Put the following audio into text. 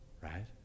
Right